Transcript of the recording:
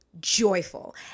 joyful